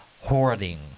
Hoarding